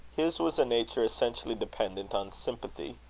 his was a nature essentially dependent on sympathy.